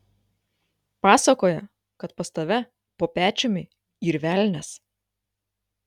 pasakoja kad pas tave po pečiumi yr velnias